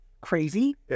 crazy